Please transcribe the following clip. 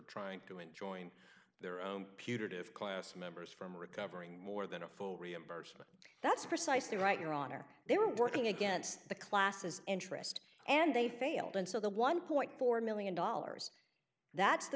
trying to enjoin their own putative class members from recovering more than a full reimbursement that's precisely right your honor they were working against the classes interest and they failed and so the one point four million dollars that's the